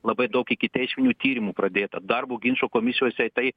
labai daug ikiteisminių tyrimų pradėta darbo ginčo komisijose tai